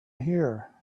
here